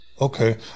okay